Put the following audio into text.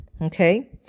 Okay